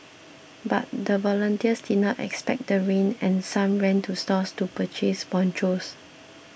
but the volunteers did not expect the rain and some ran to stores to purchase ponchos